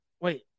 Wait